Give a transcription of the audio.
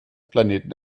planeten